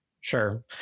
Sure